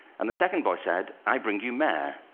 and the second boy said, i bring you myrrh.